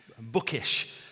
bookish